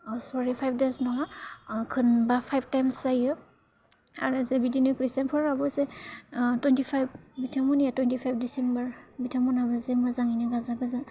सरि फाइभ देस नङा खनबा फाइभ थाइम्स जायो आरो जे बिदिनो ख्रिष्टानफोराबो जे थुइनटि फाइभ बिथांमोननिया थुइनटि फाइभ दिसेम्बर बिथांमोनाबो जे मोजाङैनो गाजा